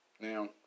Now